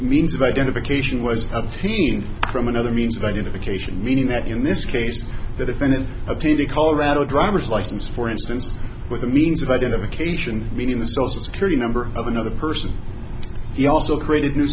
means of identification was of seen from another means of identification meaning that in this case that if ended up in the colorado driver's license for instance with a means of identification meaning the social security number of another person he also created a new